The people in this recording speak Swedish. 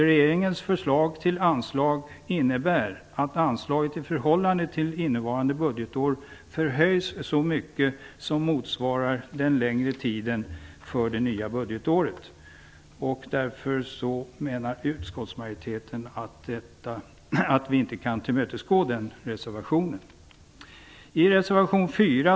Regeringens förslag till anslag innebär att anslaget i förhållande till innevarande budgetår förhöjs med vad som motsvarar den längre tiden för det nya budgetåret. Utskottsmajoriteten vill därför inte tillmötesgå den moderata reservationen. I reservation nr.